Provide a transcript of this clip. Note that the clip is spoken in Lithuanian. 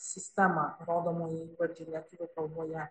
sistemą rodomųjų įvardžių lietuvių kalboje